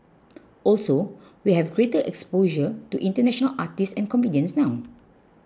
also we have greater exposure to international artists and comedians now